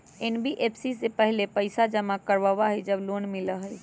NBFC पहले पईसा जमा करवहई जब लोन मिलहई?